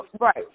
Right